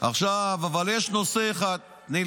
אבל יש נושא אחד ------ על תיעדוף.